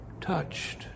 touched